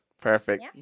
Perfect